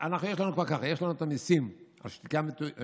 אז יש לנו כבר ככה: יש לנו המיסים על שתייה מתוקה,